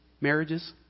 marriages